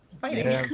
fighting